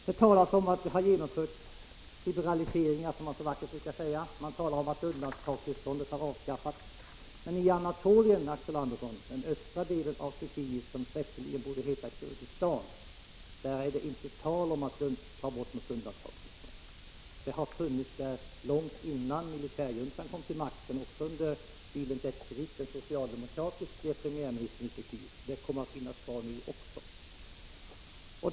Det har talats om att det har genomförts liberaliseringar, som det så vackert heter. Man talar om att undantagstillståndet har avskaffats. Men i Anatolien, den östra delen av Turkiet som rätteligen borde heta Kurdistan, är det inte tal om att upphäva undantagstillståndet. Det har funnits långt innan militärjuntan kom till makten, även under Bälent Ecevits, den socialdemokratiske premiärministern, tid. Det kommer att finnas kvar även i fortsättningen.